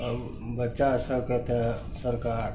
आब बच्चासभकेँ तऽ सरकार